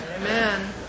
Amen